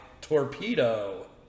Torpedo